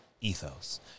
ethos